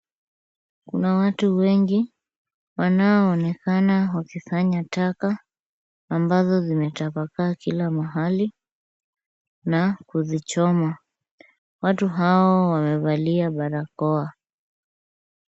Kuna watu wengi wanaoonekana wakisanya taka ambazo zimetapakaa kila mahali na kuzichoma. Watu hawa wamevalia barakoa.